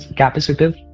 capacitive